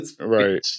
Right